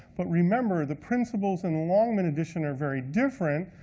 but remember, the principles in the longman edition are very different,